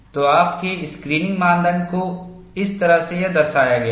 तो आपके स्क्रीनिंग मानदंड को इस तरह से यहाँ दर्शाया गया है